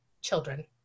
children